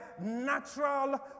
natural